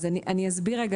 אני אסביר רגע.